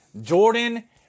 Jordan